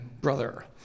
brother